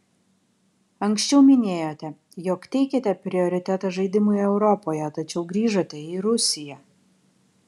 anksčiau minėjote jog teikiate prioritetą žaidimui europoje tačiau grįžote į rusiją